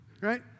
right